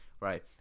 Right